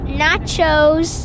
nachos